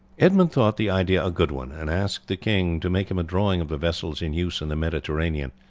edmund thought the idea a good one, and asked the king to make him a drawing of the vessels in use in the mediterranean.